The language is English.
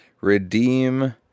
redeem